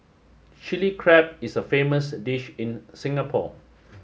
Chilli Crab is a famous dish in Singapore